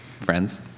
friends